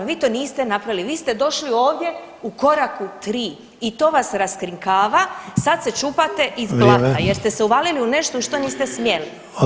Vi to niste napravili, vi ste došli ovdje u koraku 3 i to vas raskrinkava, sad se čuvate iz plamena [[Upadica: Vrijeme.]] jer ste se uvalili u nešto u što niste smjeli.